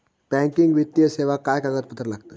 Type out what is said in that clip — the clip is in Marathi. बँकिंग वित्तीय सेवाक काय कागदपत्र लागतत?